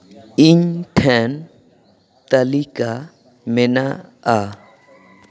ᱤᱧ ᱴᱷᱮᱱ ᱛᱟᱹᱞᱤᱠᱟ ᱢᱮᱱᱟᱜᱼᱟ